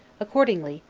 accordingly,